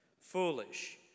foolish